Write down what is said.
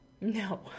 No